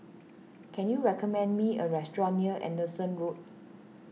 can you recommend me a restaurant near Anderson Road